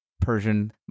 Persian